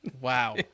Wow